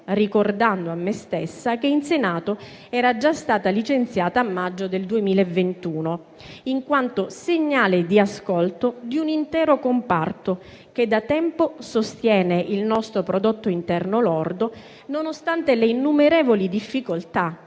ricordando a me stessa che, in Senato, era già stata licenziata a maggio del 2021, in quanto segnale di ascolto di un intero comparto, che da tempo sostiene il nostro prodotto interno lordo, nonostante le innumerevoli difficoltà